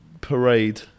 parade